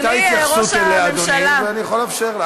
הייתה התייחסות אליה, אדוני, ואני יכול לאפשר לה.